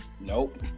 Nope